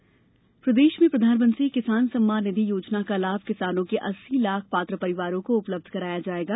सम्मान निधि प्रदेश में प्रधानमंत्री किसान सम्मान निधि योजना का लाभ किसानों के अस्सी लाख पात्र परिवारों को उपलब्ध कराया जाएगा